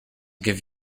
give